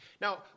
Now